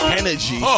energy